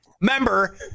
member